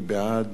מי נגד?